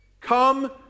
Come